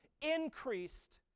increased